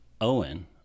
Owen